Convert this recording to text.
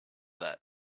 that